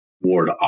Ward